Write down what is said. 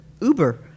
Uber